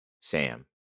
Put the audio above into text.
Sam